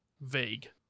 vague